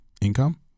income